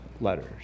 letters